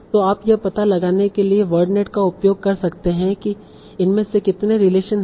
तो आप यह पता लगाने के लिए वर्डनेट का उपयोग कर सकते हैं कि इनमें से कितने रिलेशन हैं